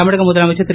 தமிழக முதலமைச்சர் திரு